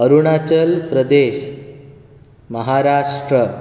Arunachal Pradesh Maharashtra